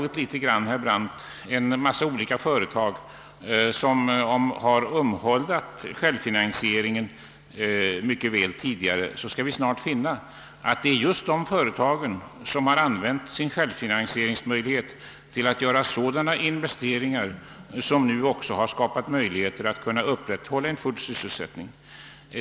Om vi granskade en mängd olika företag, som tidigare har ombhuldat självfinansieringen, så skulle vi snart finna att det är just de företag som har använt sin självfinansieringsmöjlighet till att göra investeringar som skapat möjligheter att upprätthålla en full sysselsättning.